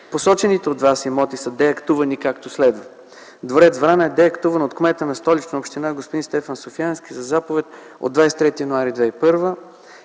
Посочените от Вас имоти са деактувани, както следва: - дворец „Врана” е деактуван от кмета на Столична община господин Стефан Софиянски със заповед от 23 януари 2001